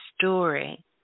story